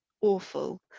awful